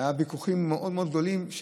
היו ויכוחים גדולים מאוד,